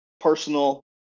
personal